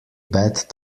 bad